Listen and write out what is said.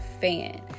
fan